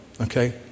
okay